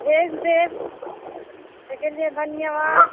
भेज देब एहिके लिए धन्यवाद